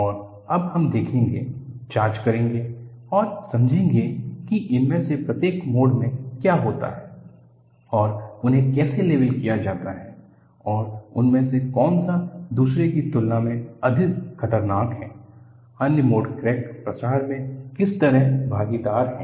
और अब हम देखेंगे जांच करेंगे और समझेंगे कि इनमें से प्रत्येक मोड में क्या होता है और उन्हें कैसे लेबल किया जाता है और उनमें से कौन सा दूसरे की तुलना में अधिक खतरनाक है अन्य मोड क्रैक प्रसार में किस तरह भागीदार हैं